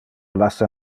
lassa